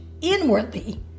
inwardly